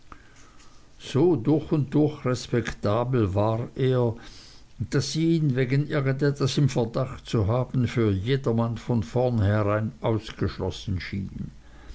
so durch und durch respektabel war er daß ihn wegen irgend etwas im verdacht zu haben für jedermann von vornherein ausgeschlossen schien